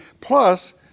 plus